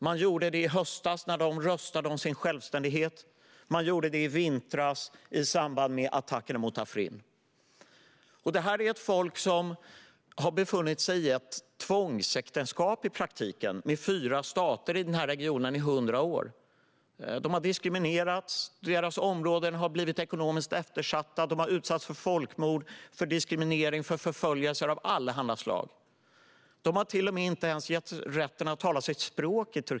Man gjorde det i höstas när de röstade om sin självständighet. Man gjorde det i vintras i samband med attackerna mot Afrin. Kurderna är ett folk som i praktiken har befunnit sig i ett tvångsäktenskap med fyra stater i regionen i hundra år. De har diskriminerats. Deras områden har blivit ekonomiskt eftersatta. De har utsatts för folkmord, diskriminering och förföljelser av alla slag. I Turkiet har de inte ens getts rätten att tala sitt språk.